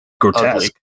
grotesque